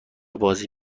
بازی